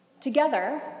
Together